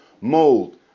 mold